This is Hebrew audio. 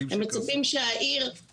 הם מצפים שהעירייה,